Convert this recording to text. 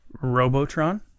Robotron